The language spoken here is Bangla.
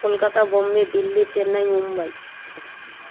কলকাতা বোম্বে দিল্লি চেন্নাই মুম্বাই